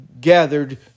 gathered